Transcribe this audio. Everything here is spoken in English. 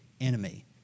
enemy